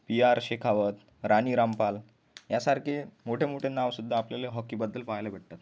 we R Shekhawat Rani Rampal यासारखे मोठे मोठे नावसुद्धा आपल्याला हॉकीबद्दल पाहायला भेटतात